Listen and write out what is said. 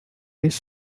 his